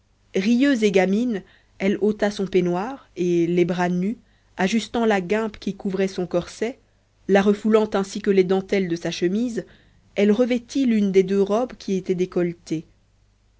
rieuse et gamine elle ôta son peignoir et les bras nus ajustant la guimpe qui couvrait son corset la refoulant ainsi que les dentelles de sa chemise elle revêtit l'une des deux robes qui était décolletée